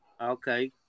Okay